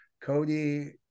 Cody